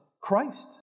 Christ